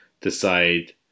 decide